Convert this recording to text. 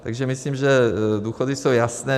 Takže myslím, že důchody jsou jasné.